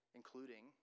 including